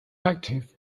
active